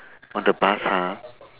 on the bus ha